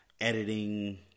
editing